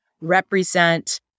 represent